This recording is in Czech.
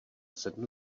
sedm